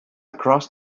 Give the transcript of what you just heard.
across